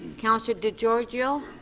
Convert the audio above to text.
councillor di giorgio?